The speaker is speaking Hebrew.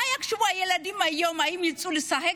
מה יחשבו הילדים היום, האם הם יצאו לשחק?